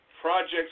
projects